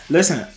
Listen